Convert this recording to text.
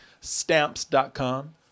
Stamps.com